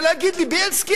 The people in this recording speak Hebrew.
ולהגיד לי: בילסקי,